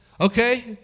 Okay